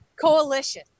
coalition